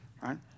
right